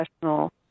professional